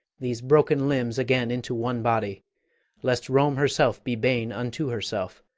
these broken limbs again into one body lest rome herself be bane unto herself,